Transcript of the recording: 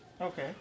Okay